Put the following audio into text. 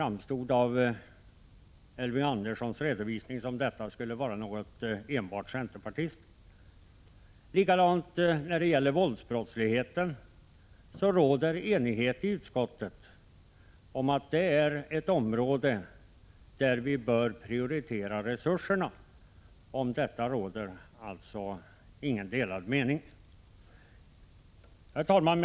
Av Elving Anderssons redovisning att döma kan man kanske tro att detta enbart gäller centerpartiet. Även i fråga om våldsbrottsligheten råder det enighet i utskottet. Vi är överens om att det är ett område som bör prioriteras vad gäller resurserna. Om detta råder alltså inga delade meningar. Herr talman!